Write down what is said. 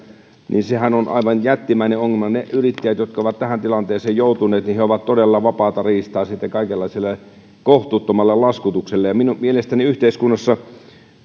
on aivan jättimäinen ongelma ne yrittäjät jotka ovat tähän tilanteeseen joutuneet ovat todella vapaata riistaa kaikenlaiselle kohtuuttomalle laskutukselle mielestäni yhteiskunnassa